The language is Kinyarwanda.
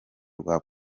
rwa